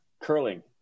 curling